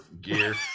gear